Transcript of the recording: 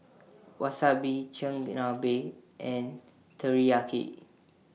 Wasabi Chigenabe and Teriyaki